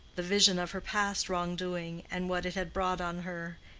the vision of her past wrong-doing, and what it had brought on her,